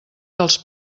dels